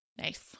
Nice